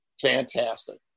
fantastic